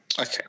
Okay